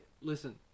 listen